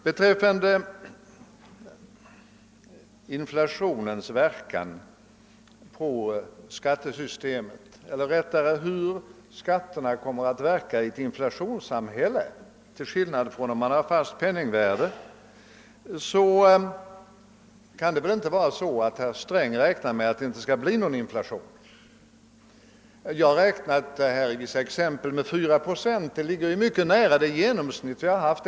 Beträffande frågan om inflationens verkan på skattesystemet — eller rättare sagt hur skatterna kommer att verka i ett inflationssamhälle jämfört med i ett samhälle med fast penningvärde vill jag fråga: Inte kan väl herr Sträng räkna med att det inte skall bli någon inflation? Jag har som exempel räknat med 4 procents inflation. Det ligger mycket nära vårt årliga genomsnitt ef ter kriget.